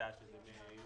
מחדש אז הם יאושרו.